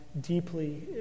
deeply